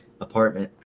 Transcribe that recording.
apartment